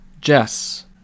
Jess